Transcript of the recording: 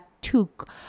took